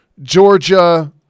Georgia